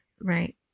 right